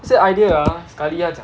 这些 idea ah sekali 他讲